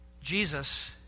Jesus